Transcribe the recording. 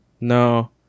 No